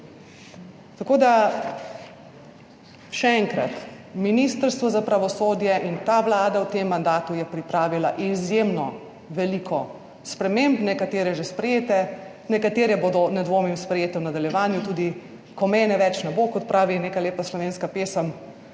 Tako da, še enkrat, Ministrstvo za pravosodje in ta Vlada v tem mandatu je pripravila izjemno veliko sprememb, nekatere že sprejete, nekatere bodo, ne dvomim, sprejete v nadaljevanju, tudi ko mene več ne bo, kot pravi neka lepa slovenska pesem,